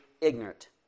ignorant